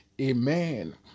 amen